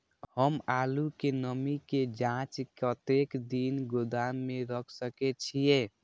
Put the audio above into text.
हम आलू के नमी के जाँच के कतेक दिन गोदाम में रख सके छीए?